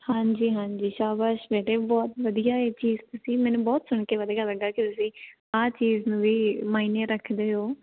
ਹਾਂਜੀ ਹਾਂਜੀ ਸ਼ਾਬਾਸ਼ ਬੇੇਟੇ ਬਹੁਤ ਵਧੀਆ ਇਹ ਚੀਜ਼ ਤੁਸੀਂ ਮੈਨੂੰ ਬਹੁਤ ਸੁਣ ਕੇ ਵਧੀਆ ਲੱਗਿਆ ਕਿ ਤੁਸੀਂ ਇਹ ਚੀਜ਼ ਨੂੰ ਵੀ ਮਾਇਨੇ ਰੱਖਦੇ ਹੋ